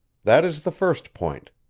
that is the first point.